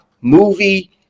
movie